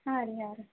ಹಾಂ ರೀ ಹಾಂ ರೀ